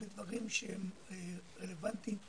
לדברים שהם רלוונטיים לעבודה.